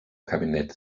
kabinett